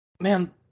Man